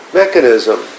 mechanism